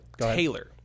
Taylor